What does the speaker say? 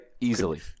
easily